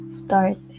start